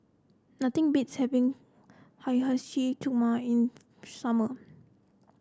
nothing beats having Hiyashi Chuka in summer